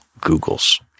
Google's